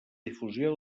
difusió